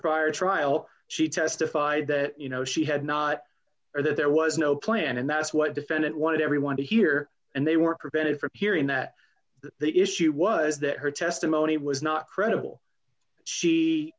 prior trial she testified that you know she had not or that there was no plan and that's what defendant wanted everyone to hear and they were prevented from hearing that the issue was that her testimony was not credible she